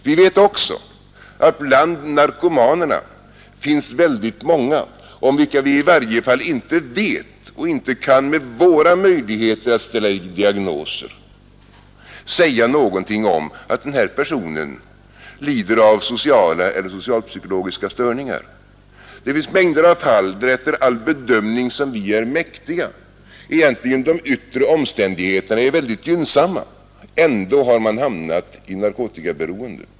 Vi vet också att bland narkomanerna finns väldigt många beträffande vilka vi i varje fall inte med våra möjligheter att ställa diagnoser kan säga att de lider av sociala eller socialpsykologiska störningar. Det finns mängder av fall där efter all bedömning som vi är mäktiga de yttre omständigheterna egentligen är mycket gynnsamma, men ändå har man hamnat i narkotikaberoende.